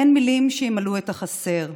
אין מילים שימלאו את החסר.